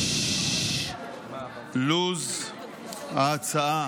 לוז ההצעה